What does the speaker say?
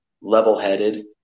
level-headed